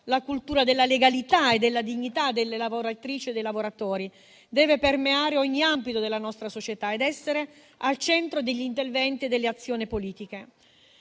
la cultura della legalità e della dignità delle lavoratrici e dei lavoratori deve permeare ogni ambito della nostra società ed essere al centro degli interventi e delle azioni politiche.